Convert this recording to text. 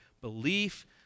belief